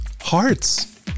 hearts